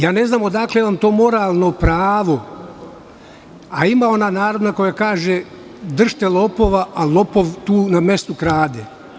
Ja ne znam odakle vam to moralno pravo, a ima ona narodna koja kaže – držite lopova, a lopov tu na mestu krade.